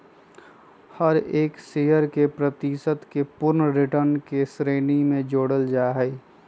हर एक शेयर के प्रतिशत के पूर्ण रिटर्न के श्रेणी में जोडल जाहई